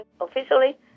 officially